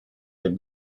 del